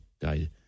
died